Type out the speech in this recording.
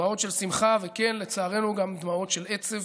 דמעות של שמחה, וכן, לצערנו גם דמעות של עצב,